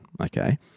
Okay